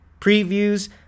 previews